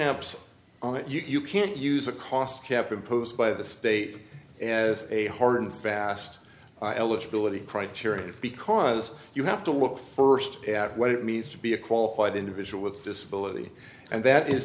scamps on it you can't use a cost cap imposed by the state as a hard and fast eligibility criteria because you have to look st at what it means to be a qualified individual with disability and that is